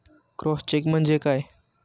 Cross check म्हणजे काय?